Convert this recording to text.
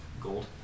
gold